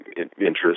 interest